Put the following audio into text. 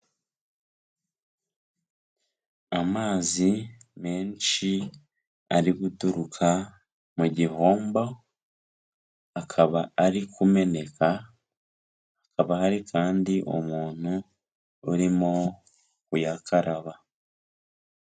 Amazi menshi ari guturuka mu gihombo, akaba ari kumeneka, hakari hari kandi umuntu urimo kuyakaraba.